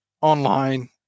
online